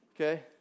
Okay